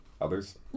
others